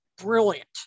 brilliant